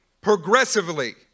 progressively